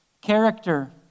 character